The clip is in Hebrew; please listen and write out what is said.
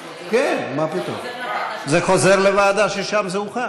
התרבות והספורט של, אני מבקש כספים, אדוני.